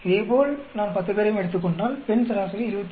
இதேபோல் நான் 10 பேரையும் எடுத்துக் கொண்டால் பெண் சராசரி 27